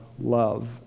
love